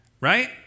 right